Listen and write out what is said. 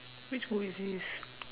which movie is this